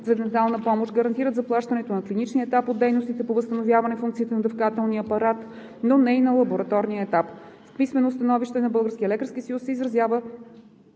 за дентална помощ гарантират заплащането на клиничния етап от дейностите по възстановяване функцията на дъвкателния апарат, но не и на лабораторния етап. В писменото становище на Българския